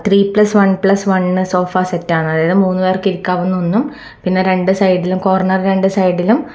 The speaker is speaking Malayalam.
three plus one plus one sofa സെറ്റാണ് അതായത് മൂന്നുപേർക്ക് ഇരിക്കാവുന്ന ഒന്നും പിന്നെ രണ്ട് സൈഡിലും കോർണർ രണ്ട് സൈഡിലും